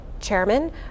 chairman